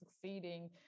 succeeding